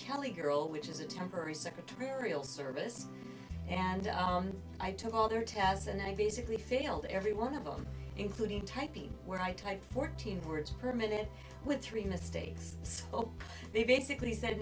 kelly girl which is a temporary secretarial service and i took all their tests and i basically failed every one of them including typing where i typed fourteen words per minute with three mistakes oh they basically said